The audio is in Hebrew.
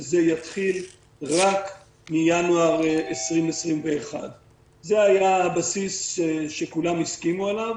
וזה יתחיל רק מינואר 2021. זה היה הבסיס שכולם הסכימו עליו.